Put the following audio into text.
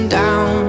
down